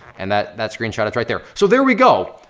and that that screen shot, it's right there. so there we go.